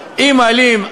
אם מעלים,